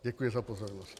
Děkuji za pozornost.